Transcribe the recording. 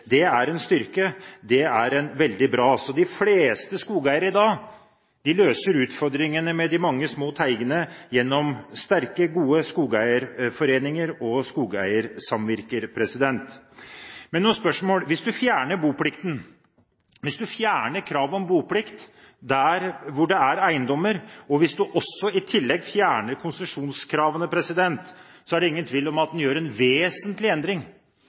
Det er en styrke. Det er veldig bra. De fleste skogeiere i dag løser utfordringene med de mange små teigene gjennom sterke, gode skogeierforeninger og skogeiersamvirker. Men hvis man fjerner boplikten – hvis man fjerner kravet om boplikt der det er eiendommer – og hvis man i tillegg fjerner konsesjonskravene, er det ingen tvil om at man gjør en vesentlig endring.